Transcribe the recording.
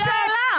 תשאלי שאלה.